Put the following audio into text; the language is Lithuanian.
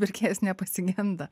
pirkėjas nepasigenda